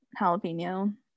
jalapeno